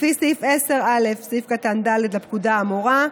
לפי סעיף 10א(ד) לפקודה האמורה,